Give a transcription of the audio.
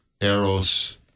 eros